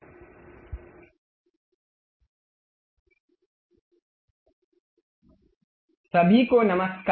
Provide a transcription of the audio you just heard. SolidWorks Contd सभी को नमस्कार